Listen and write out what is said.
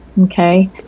okay